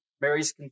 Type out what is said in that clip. Mary's